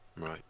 Right